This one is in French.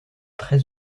très